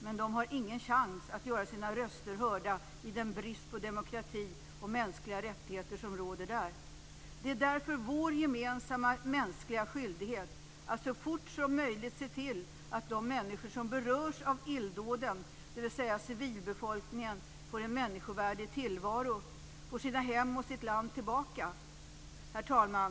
Men de har ingen chans att göra sina röster hörda med den brist på demokrati och mänskliga rättigheter som råder där. Det är därför vår gemensamma mänskliga skyldighet att så fort som möjligt se till att de människor som berörs av illdåden, dvs. civilbefolkningen, får en människovärdig tillvaro och att de får sina hem och sitt land tillbaka. Herr talman!